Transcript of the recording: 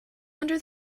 under